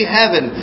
heaven